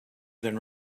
than